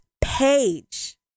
page